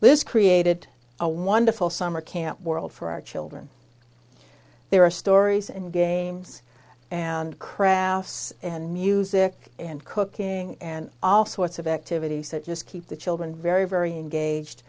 this created a wonderful summer camp world for our children there are stories and games and crafts and music and cooking and all sorts of activities that just keep the children very very engaged